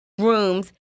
rooms